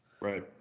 Right